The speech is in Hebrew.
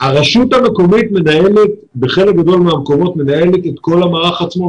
הרשות המקומית מנהלת בחלק גדול מהמקומות את כל המערך עצמו.